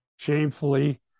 shamefully